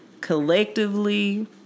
collectively